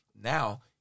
Now